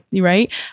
Right